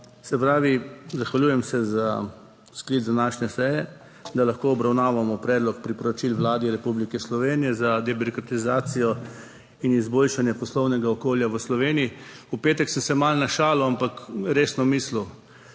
Se pravi, zahvaljujem se za sklic današnje seje, da lahko obravnavamo predlog priporočil Vladi Republike Slovenije za debirokratizacijo in izboljšanje poslovnega okolja v Sloveniji. V petek sem se malo našalil, ampak resno mislil,